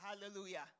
hallelujah